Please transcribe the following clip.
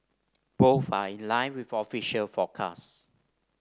both are in line with official forecasts